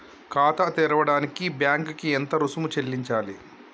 ఖాతా తెరవడానికి బ్యాంక్ కి ఎంత రుసుము చెల్లించాలి?